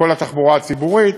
כל התחבורה הציבורית